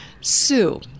Sue